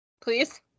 Please